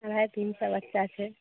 ओहए तीन सए बच्चा छै